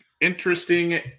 interesting